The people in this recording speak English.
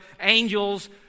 angels